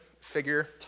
figure